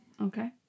Okay